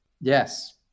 Yes